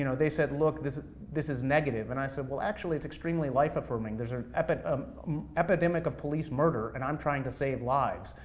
you know they said, look, this this is negative. and i said, actually, it's extremely life affirming. there's an epidemic epidemic of police murder, and i'm trying to save lives,